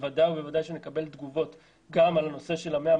בוודאי שנקבל תגובות גם על הנושא של 100,